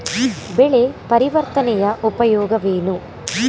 ಬೆಳೆ ಪರಿವರ್ತನೆಯ ಉಪಯೋಗವೇನು?